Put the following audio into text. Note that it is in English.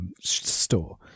store